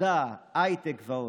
מדע, הייטק ועוד.